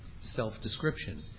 self-description